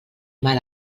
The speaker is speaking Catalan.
mal